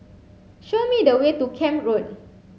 show me the way to Camp Road